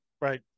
right